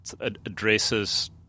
addresses